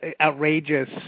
outrageous